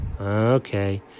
okay